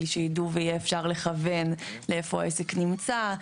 בשביל שידעו ויהיה אפשר לכוון איפה העסק נמצא.